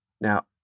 Now